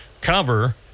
cover